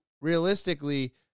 realistically